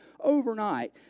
overnight